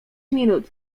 minut